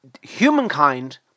humankind